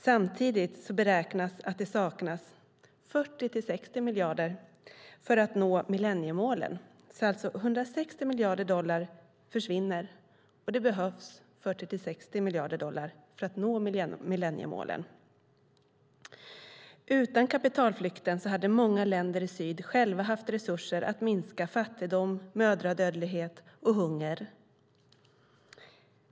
Samtidigt beräknas att det saknas 40-60 miljarder dollar för att nå millenniemålen. Det är alltså 160 miljarder dollar som försvinner, och det behövs 40-60 miljarder dollar för att nå millenniemålen. Utan kapitalflykten hade många länder i syd själva haft resurser att minska fattigdom, mödradödlighet och hunger.